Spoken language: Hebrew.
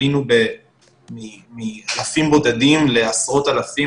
עלינו מאלפים בודדים לעשרות אלפים,